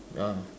ya